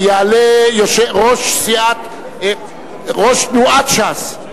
ויעלה ראש תנועת ש"ס,